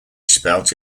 spelt